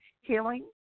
healing